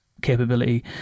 capability